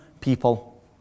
people